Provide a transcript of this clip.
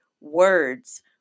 words